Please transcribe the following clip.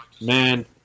man